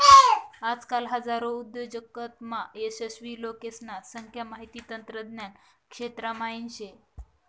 आजकाल हजारो उद्योजकतामा यशस्वी लोकेसने संख्या माहिती तंत्रज्ञान क्षेत्रा म्हाईन शे